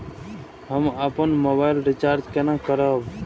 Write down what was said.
हम अपन mobile recharge केना करब?